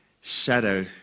shadow